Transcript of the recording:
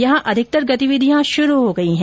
यहां अधिकतर गतिविधियां शुरू हो गई है